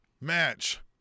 match